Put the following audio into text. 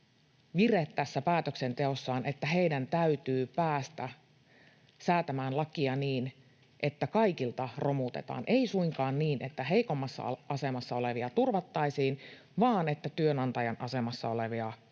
vire tässä päätöksenteossaan, että heidän täytyy päästä säätämään lakia niin, että kaikilta romutetaan. Ei suinkaan niin, että heikommassa asemassa olevia turvattaisiin, vaan että työnantajan asemassa olevia turvataan